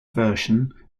version